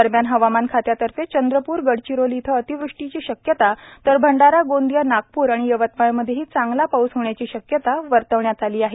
दरम्यान हवामान खात्यातर्फे चंद्रपूर गडचिरोली इथं अतिवृष्टीची शक्यता तर भंडारा गोंदिया नागपूर आणि यवतमाळमध्येही चांगला पाऊस होण्याची शक्यता वर्तवण्यात आली आहे